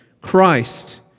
Christ